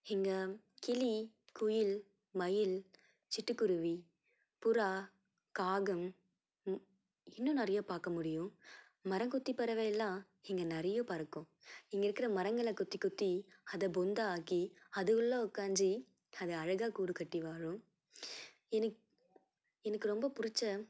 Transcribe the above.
இங்கே கிளி குயில் மயில் சிட்டுக்குருவி புறா காகம் இன்னும் நிறையா பார்க்க முடியும் மரங்கொத்தி பறவை எல்லாம் இங்கே நிறைய பறக்கும் இங்கே இருக்கிற மரங்களை கொத்தி கொத்தி அதை பொந்தாக்கி அது உள்ளே உட்காஞ்சி அது அழகாக கூடு கட்டி வாழும் எனக்கு எனக்கு ரொம்ப பிடிச்ச